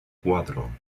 cuatro